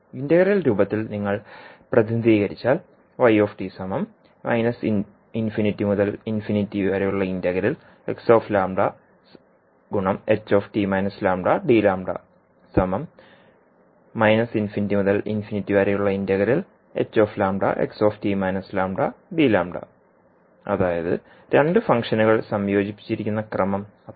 integral രൂപത്തിൽ നിങ്ങൾ പ്രതിനിധീകരിച്ചാൽ അതായത് രണ്ട് ഫംഗ്ഷനുകൾ സംയോജിപ്പിച്ചിരിക്കുന്ന ക്രമം അപ്രധാനമാണ്